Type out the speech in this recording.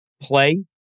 play